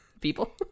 people